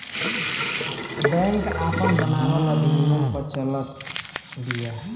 bank आपन बनावल अधिनियम पअ चलत बिया